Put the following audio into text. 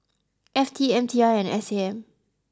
F T M T I and S A M